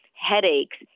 headaches